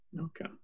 okay